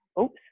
oops